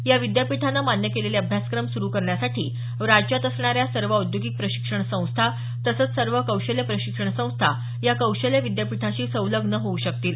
या विद्यापीठाने मान्य केलेले अभ्यासक्रम सुरु करण्यासाठी राज्यात असणाऱ्या सर्व औद्योगिक प्रशिक्षण संस्था तसंच सर्व कौशल्य प्रशिक्षण संस्था या कौशल्य विद्यापीठाशी संलग्न होऊ शकतील